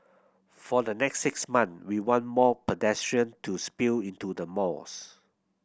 for the next six months we want more pedestrian to spill into the malls